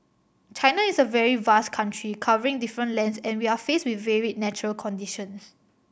China is a very vast country covering different lands and we are faced with varied natural conditions